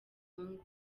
ngo